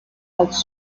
als